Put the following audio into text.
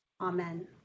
Amen